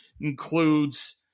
includes